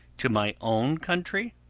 to my own country?